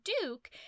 Duke